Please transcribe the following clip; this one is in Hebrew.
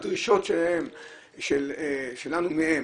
הדרישות שלנו מהם,